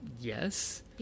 Yes